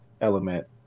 element